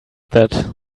that